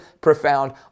profound